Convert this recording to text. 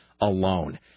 alone